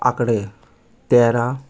आंकडे तेरा